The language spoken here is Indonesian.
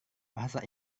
bahasa